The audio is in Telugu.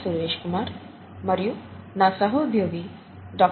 సురేష్ కుమార్ మరియు నా సహుద్యోగి డా